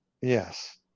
Yes